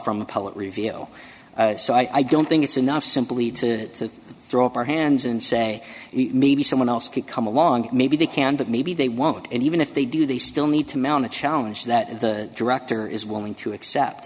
public reveal so i don't think it's enough simply to throw up our hands and say maybe someone else could come along maybe they can but maybe they won't and even if they do they still need to mount a challenge that the director is willing to accept